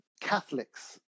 Catholics